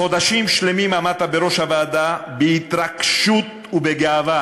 חודשים שלמים עמדת בראש הוועדה בהתרגשות ובגאווה.